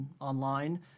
online